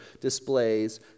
displays